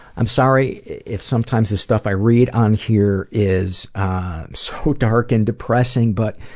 i'm sorry if sometimes the stuff i read on here is so dark and depressing, but,